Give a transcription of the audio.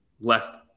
left